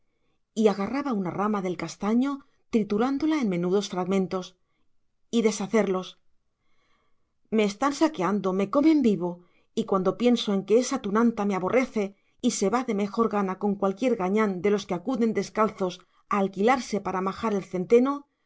triturándola en menudos fragmentos y deshacerlos me están saqueando me comen vivo y cuando pienso en que esa tunanta me aborrece y se va de mejor gana con cualquier gañán de los que acuden descalzos a alquilarse para majar el centeno